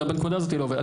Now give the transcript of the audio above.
בנקודה הזו היא לא עובדת.